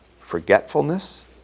forgetfulness